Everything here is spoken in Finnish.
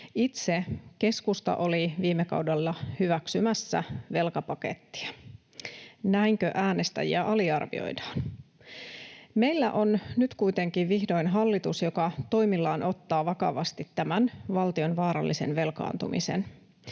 Itse keskusta oli viime kaudella hyväksymässä velkapakettia. Näinkö äänestäjiä aliarvioidaan? Meillä on nyt kuitenkin vihdoin hallitus, joka toimillaan ottaa vakavasti tämän valtion vaarallisen velkaantumisen,